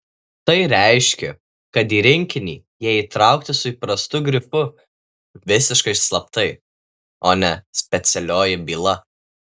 tai reiškė kad į rinkinį jie įtraukti su įprastu grifu visiškai slaptai o ne specialioji byla